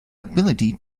ability